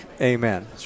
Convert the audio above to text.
Amen